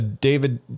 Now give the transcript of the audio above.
David